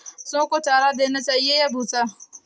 पशुओं को चारा देना चाहिए या भूसा?